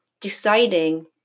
deciding